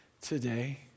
today